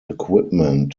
equipment